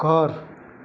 ઘર